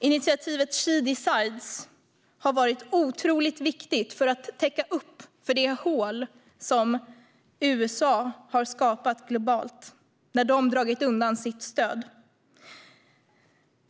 Initiativet She Decides har varit otroligt viktigt för att täcka upp för det hål som USA har skapat globalt när man dragit undan sitt stöd.